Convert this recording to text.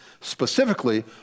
specifically